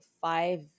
five